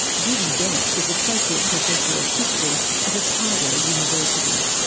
judy bennett is associate professor of history at otago university.